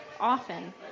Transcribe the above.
often